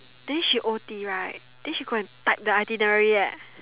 then she O_T right then she go type the itinerary eh